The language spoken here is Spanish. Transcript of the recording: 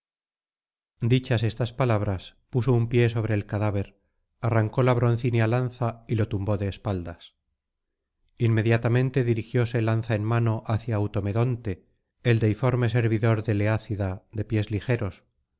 dichas estas palabras puso un pie sobre el cadáver arrancó la broncínea lanza y lo tumbó de espaldas inmediatamente dirigióse lanza en mano hacia automedonte el deiforme servidor del eácida de pies ligeros